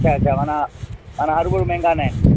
अछा अछा माना हाणे हरू हरू महांगा न आहिनि